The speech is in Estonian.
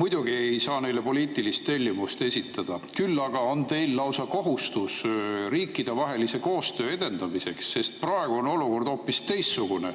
Muidugi ei saa neile poliitilist tellimust esitada, küll aga on teil lausa kohustus riikidevahelist koostööd edendada, sest praegu on olukord hoopis teistsugune.